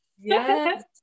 yes